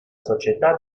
società